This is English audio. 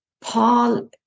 Paul